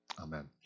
Amen